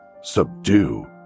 subdue